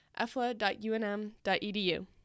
efla.unm.edu